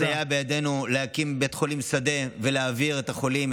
ושיסייע בידינו להקים בית חולים שדה ולהעביר את החולים.